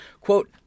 Quote